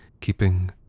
keeping